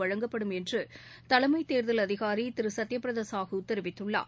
வழங்கப்படும் என்று தலைமை தேர்தல் அதிகாரி திரு சத்யபிரதா சாகு தெரிவித்துள்ளார்